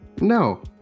No